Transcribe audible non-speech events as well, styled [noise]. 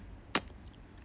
[noise]